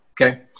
okay